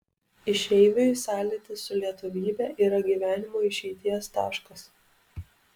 išeiviui sąlytis su lietuvybe yra gyvenimo išeities taškas